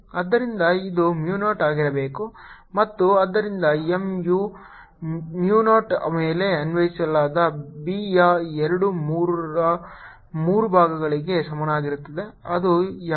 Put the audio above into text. ಆದ್ದರಿಂದ ಇದು mu 0 ಆಗಿರಬೇಕು ಮತ್ತು ಆದ್ದರಿಂದ M ಯು Mu 0 ಮೇಲೆ ಅನ್ವಯಿಸಲಾದ B ಯ 2 3 rd 3 ಭಾಗಗಳಿಗೆ ಸಮಾನವಾಗಿರುತ್ತದೆ ಅದು M